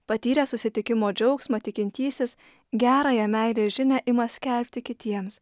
patyręs susitikimo džiaugsmą tikintysis gerąją meilės žinią ima skelbti kitiems